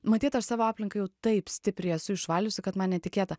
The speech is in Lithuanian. matyt aš savo aplinką jau taip stipriai esu išvaliusi kad man netikėta